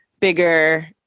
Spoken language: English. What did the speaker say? bigger